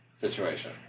situation